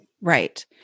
Right